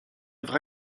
œuvre